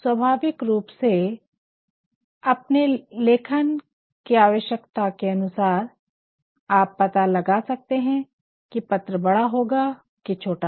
स्वाभाविक रूप से अपने लेखन की आवश्यकता के अनुसार आप पता लगा सकते है की पत्र बड़ा होगा की छोटा